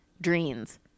dreams